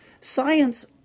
Science